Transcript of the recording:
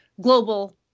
global